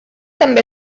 també